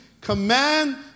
command